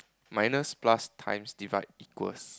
minus plus times divide equals